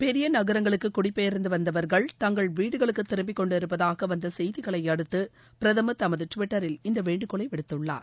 பெரிய நகரங்களுக்கு குடிபெயர்ந்து வந்தவர்கள் தங்கள் வீடுகளுக்கு திரும்பிக்கொண்டிருப்பதாக வந்த செய்திகளை அடுத்து பிரதமர் தமது டிவிட்டரில் இந்த வேண்டுகோளை விடுத்துள்ளார்